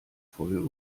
voll